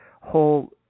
whole